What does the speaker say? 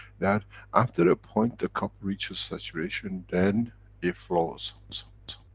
that after a point the cup reaches saturation, then it flows.